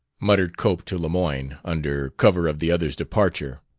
muttered cope to lemoyne, under cover of the others' departure.